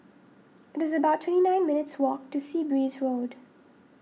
it's about twenty nine minutes' walk to Sea Breeze Road